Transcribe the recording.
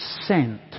sent